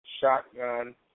Shotgun